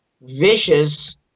vicious